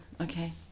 okay